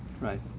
right